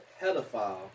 pedophile